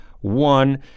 One